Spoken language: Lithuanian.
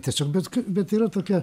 tiesiog bet k bet yra tokia